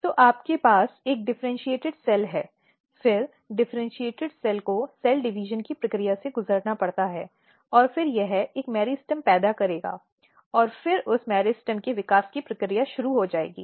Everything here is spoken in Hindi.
तो आपके पास एक डिफ़र्इन्चीएटिड कोशिका है फिर डिफ़र्इन्चीएटिड कोशिका को कोशिका विभाजन की प्रक्रिया से गुजरना पड़ता है और फिर यह एक मेरिस्टेम पैदा करेगा और फिर उस मेरिस्टेम के विकास की प्रक्रिया शुरू हो जाएगी